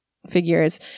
figures